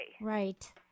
right